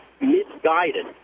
misguided